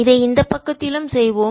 இதை இந்த பக்கத்திலும் செய்வோம்